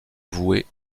vouée